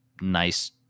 nice